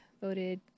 voted